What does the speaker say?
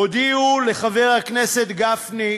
הודיעו לחבר הכנסת גפני,